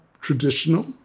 traditional